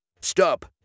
Stop